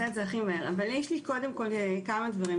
קודם כל כמה דברים.